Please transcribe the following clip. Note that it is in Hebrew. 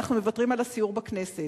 אנחנו מוותרים על הסיור בכנסת.